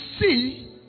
see